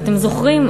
ואתם זוכרים,